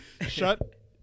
Shut